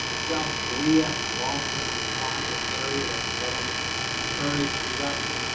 south korea, long-term decline in area that's a government encouraged reduction,